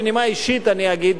בנימה אישית אני אגיד,